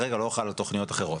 כרגע הוא לא חל על תוכניות אחרות.